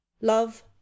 love